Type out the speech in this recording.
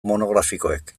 monografikoek